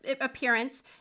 appearance